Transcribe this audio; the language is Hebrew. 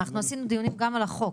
אנחנו עשינו דיונים גם על החוק,